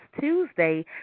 Tuesday